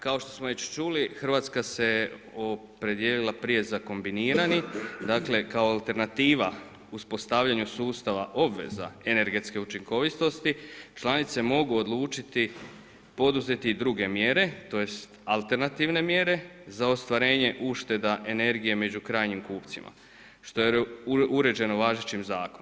Kao što smo već čuli, Hrvatska se opredijelila prije za kombinirani, dakle kao alternativa uspostavljanju sustava obveza energetski učikovitosti, članice mogu odlučiti poduzeti i druge mjere, tj. alternativne mjere za ostvarenje ušteda energije među krajnjim kupcima što je uređeno važećim zakonom.